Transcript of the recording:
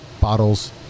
bottles